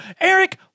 Eric